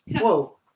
Whoa